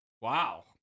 Wow